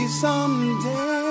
someday